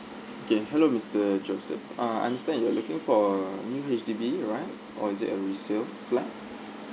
okay hello mister joseph ah understand you're looking for a new H_D_B alright or is it a resale flat